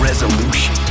Resolution